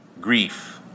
grief